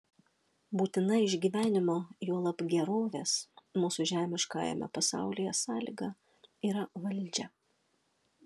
būtina išgyvenimo juolab gerovės mūsų žemiškajame pasaulyje sąlyga yra valdžia